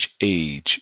age